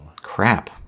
Crap